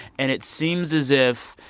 and it seems as if,